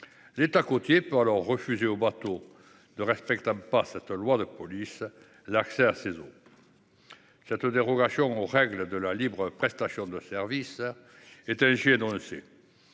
L'État côtier peut alors refuser au bateau ne respectant pas cette loi de police l'accès à ses eaux. Cette dérogation aux règles de la libre prestation de services est ainsi énoncée